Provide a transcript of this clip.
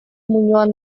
muinoan